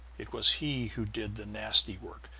it was he who did the nasty work,